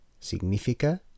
Significa